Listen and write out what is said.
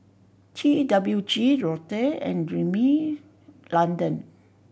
T W G Lotte and Rimmel London